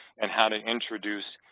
and how to introduce,